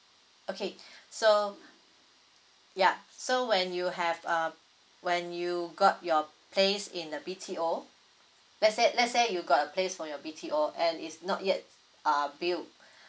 okay so yup so when you have uh when you got your place in the B_T_O let's say let's say you got a place for your B_T_O and it's not yet uh built